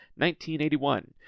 1981